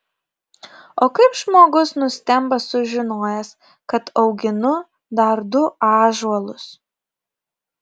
o kaip žmogus nustemba sužinojęs kad auginu dar du ąžuolus